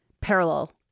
parallel